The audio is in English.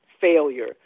failure